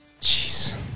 Jeez